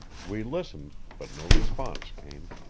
we listened, but no response came.